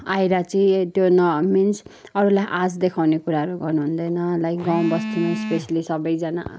आएर चाहिँ त्यो न मिन्स अरूलाई आश देखाउने कुराहरू गर्नु हुँदैन लाइक गाउँ बस्तीमा स्पेसल्ली सबैजना